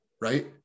right